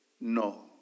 no